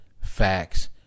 facts